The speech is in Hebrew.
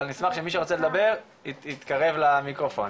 נשמח שמי שרוצה לדבר יתקרב למיקרופון,